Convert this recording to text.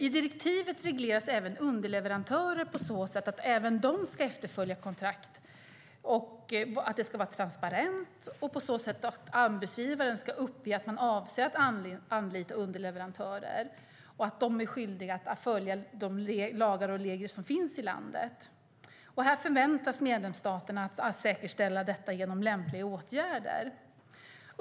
I direktivet regleras även underleverantörer på så sätt att även de ska efterfölja kontraktet, och det ska vara transparent på så sätt att anbudsgivaren ska uppge att man avser att anlita underleverantörer och att de är skyldiga att följa de lagar och regler som finns i landet. Här förväntas medlemsstaterna att säkerställa detta genom lämpliga åtgärder.